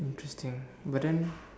interesting but then